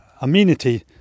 amenity